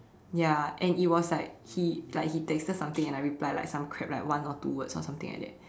ya and it was like he like he texted something and I reply like some crap like one or two words or something like that